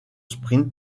sprint